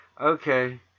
okay